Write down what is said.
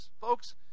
Folks